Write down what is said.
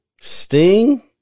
Sting